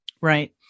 Right